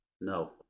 no